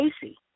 Casey